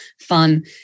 fun